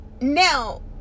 now